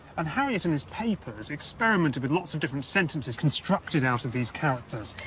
and harriot in his papers experimented with lots of different sentences constructed out of these characters.